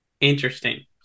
Interesting